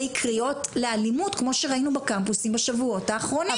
קריאות לאלימות כמו שראינו בקמפוסים בשבועות האחרונים,